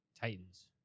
Titans